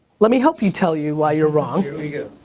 let me help you tell you why you're wrong. here we go.